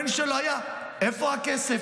הקמפיין שלו היה "איפה הכסף?"